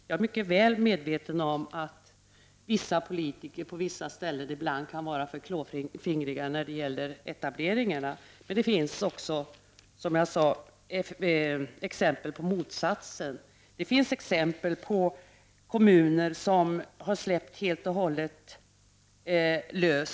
Jag är mycket väl medveten om att vissa politiker på vissa orter ibland kan vara för klåfingriga när det gäller etableringar. Men det finns också, som jag sade, exempel på motsatsen. Det finns kommuner som har släppt verksamheten helt fri.